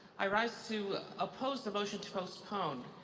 i rise to oppose the motion to postpone.